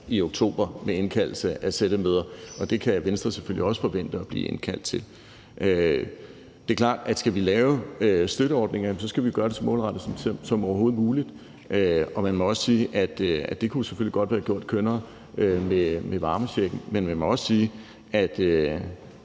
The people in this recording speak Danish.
i oktober med indkaldelse til sættemøder, og dem kan Venstre selvfølgelig også forvente at blive indkaldt til. Det er klart, at skal vi lave støtteordninger, så skal vi gøre det så målrettet som overhovedet muligt, og man må også sige, at det kunne selvfølgelig godt være gjort kønnere med varmechecken, men man må også sige, at